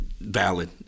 Valid